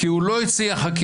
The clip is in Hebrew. כי הוא לא הציע חקיקה.